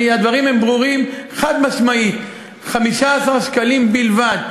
הדברים הם ברורים, חד-משמעית, 15 שקלים בלבד.